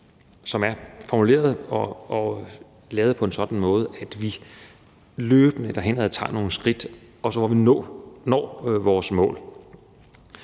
som er formuleret og lavet på en sådan måde, at vi løbende derhen ad tager nogle skridt, så vi når vores mål.